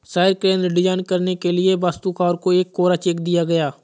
शहर केंद्र डिजाइन करने के लिए वास्तुकार को एक कोरा चेक दिया गया